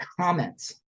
comments